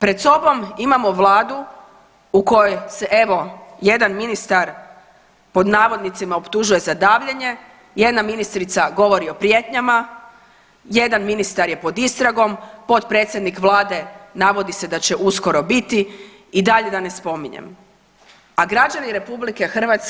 Pred sobom imamo vladu u kojoj se evo jedan ministar „optužuje“ za davljenje, jedna ministrica govori o prijetnjama, jedan ministar je pod istragom, potpredsjednik vlade navodi se da će uskoro biti i dalje da ne spominjem, a građani RH